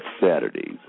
Saturdays